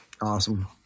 Awesome